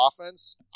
offense